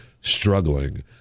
struggling